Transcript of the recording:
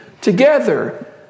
together